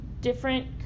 different